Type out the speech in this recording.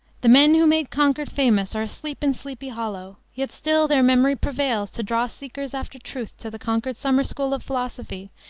the men who made concord famous are asleep in sleepy hollow, yet still their memory prevails to draw seekers after truth to the concord summer school of philosophy,